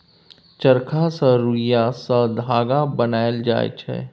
चरखा सँ रुइया सँ धागा बनाएल जाइ छै